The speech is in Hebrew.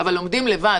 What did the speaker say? אבל לומדים לבד,